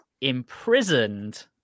imprisoned